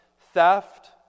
theft